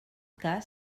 cas